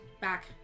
back